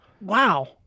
wow